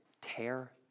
tear